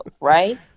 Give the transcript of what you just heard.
right